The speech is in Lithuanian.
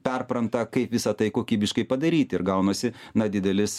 perpranta kaip visa tai kokybiškai padaryti ir gaunasi na didelis